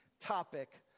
topic